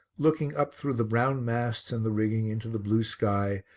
looking up through the brown masts and the rigging into the blue sky,